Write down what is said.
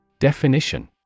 Definition